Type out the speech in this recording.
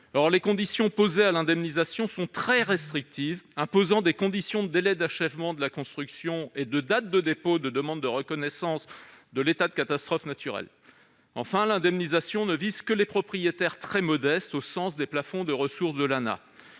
les conditions posées à l'indemnisation sont très restrictives, imposant des limitations de délai d'achèvement de la construction et de date de dépôt de demande de reconnaissance de l'état de catastrophe naturelle. Enfin, l'indemnisation ne vise que les propriétaires très modestes au sens des plafonds de ressources de l'ANAH.